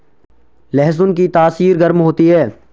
लहसुन की तासीर गर्म होती है